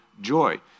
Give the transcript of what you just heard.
joy